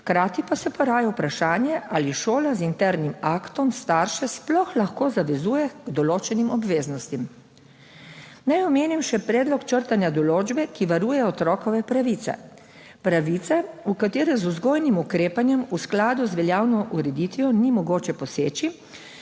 hkrati pa se poraja vprašanje, ali šola z internim aktom starše sploh lahko zavezuje k določenim obveznostim. Naj omenim še predlog črtanja določbe, ki varuje otrokove pravice. Pravice, v katere z vzgojnim ukrepanjem v skladu z veljavno ureditvijo ni mogoče poseči,